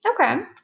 Okay